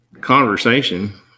conversation